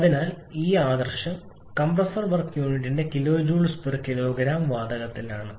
അതിനാൽ ഈ ആദർശം കംപ്രസ്സർ വർക്ക് യൂണിറ്റിന്റെ kJ kg വാതകത്തിലാണ്